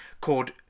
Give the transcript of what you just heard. called